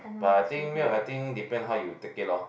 but I think milk I think depend how you take it loh